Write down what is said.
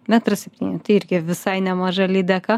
metras septyni tai irgi visai nemaža lydeka